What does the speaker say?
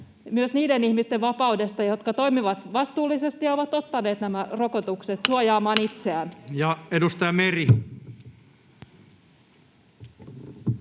myös niiden ihmisten vapaudesta, jotka toimivat vastuullisesti ja ovat ottaneet nämä rokotukset